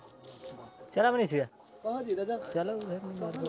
कुन योजना पर सब्सिडी छै?